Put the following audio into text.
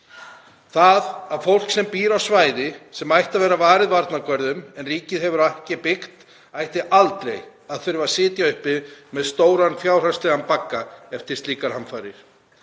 Það að fólk sem býr á svæði sem ætti að vera varið varnargörðum en ríkið hefur ekki byggt ætti aldrei að þurfa að sitja uppi með stóran fjárhagslegan bagga eftir slíkar hamfarir.